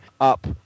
up